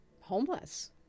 homeless